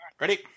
Ready